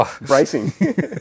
Racing